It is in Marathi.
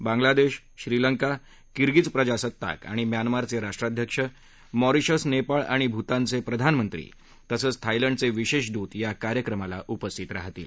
बांग्लादेश श्रीलंका किर्गीज प्रजासत्ताक आणि म्यानमारचे राष्ट्राध्यक्ष मॉरिशस नेपाळ आणि भूतानचे प्रधानमंत्री तसंच थायलंडचे विशेष दूत या कार्यक्रमाला उपस्थित राहतील